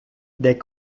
des